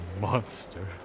monster